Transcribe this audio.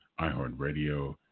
iHeartRadio